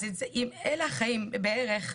אז אם אלה החיים בערך,